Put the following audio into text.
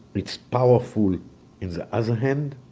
it's powerful in the other hand.